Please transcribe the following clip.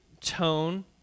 tone